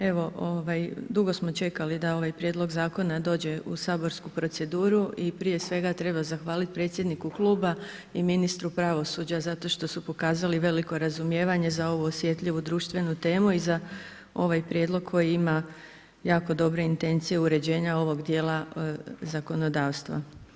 Evo ovaj, dugo smo čekali da ovaj prijedlog zakona dođe u saborsku proceduru i prije svega treba zahvaliti predsjedniku kluba i ministru pravosuđa zato što s pokazali veliko razumijevanje za ovu osjetljivu društvenu temu i za ovaj prijedlog koji ima jako dobre intencije uređenja ovog djela zakonodavstva.